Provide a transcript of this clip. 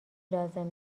لازم